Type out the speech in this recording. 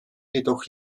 jedoch